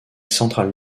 centrales